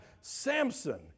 Samson